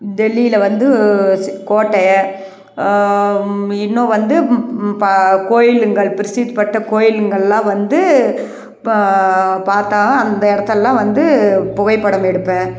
டெல்லியில் வந்து கோட்டை இன்னும் வந்து கோயில்கள் பிரசித்திப்பட்ட கோயில்கள்லாம் வந்து பார்த்தா அந்த இடத்தெல்லாம் வந்து புகைப்படம் எடுப்பேன்